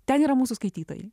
ten yra mūsų skaitytojai